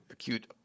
Acute